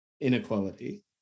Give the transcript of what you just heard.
inequality